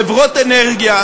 חברות אנרגיה,